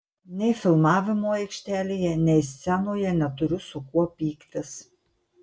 nei filmavimo aikštelėje nei scenoje neturiu su kuo pyktis